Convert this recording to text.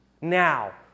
now